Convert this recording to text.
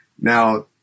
now